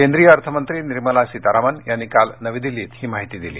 केंद्रीय अर्थमंत्री निर्मला सीतारामन यांनी काल नवी दिल्लीत ही माहिती दिली